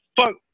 Fuck